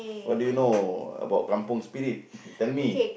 what do you know about Kampung Spirit if you tell me